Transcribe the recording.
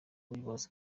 wibaza